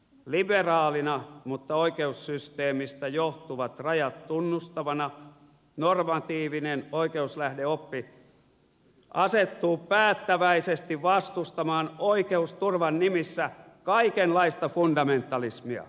liberaalina mutta oikeussysteemistä johtuvat rajat tunnustavana normatiivinen oikeuslähdeoppi asettuu päättäväisesti vastustamaan oikeusturvan nimissä kaikenlaista fundamentalismia